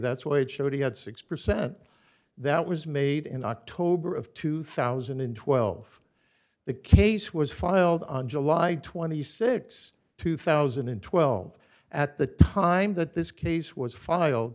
that's why it showed he had six percent that was made in october of two thousand and twelve the case was filed on july twenty sixth two thousand and twelve at the time that this case was filed